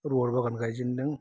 rubber बागान गायजेनदों